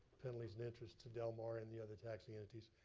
penalties and interest to del mar and the other taxing entities.